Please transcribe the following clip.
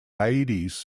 hyades